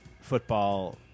football